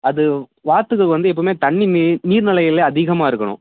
அது வாத்துக்கு வந்து எப்போவுமே தண்ணி நீ நீர் நிலையில அதிகமாக இருக்கணும்